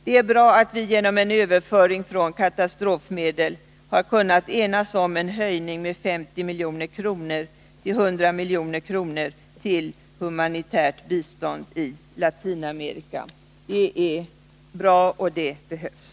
Det är bra att vi genom en överföring av katastrofmedel har kunnat enas om en höjning av anslaget till humanitärt bistånd i Latinamerika med 50 milj.kr. till 100 milj.kr. Det är som sagt bra, och det behövs.